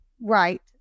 Right